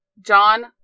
John